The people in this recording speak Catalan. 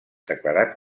declarat